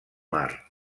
mar